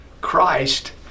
Christ